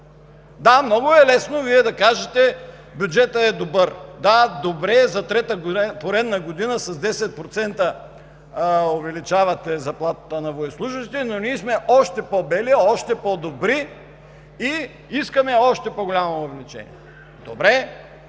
Да, много е лесно Вие да кажете: бюджетът е добър, да – добре е, за трета поредна година с 10% увеличавате заплатата на военнослужещите, но ние сме още по-бели, още по-добри и искаме още по-голямо увеличение. Добре.